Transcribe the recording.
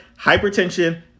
hypertension